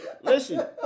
listen